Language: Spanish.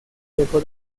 dejó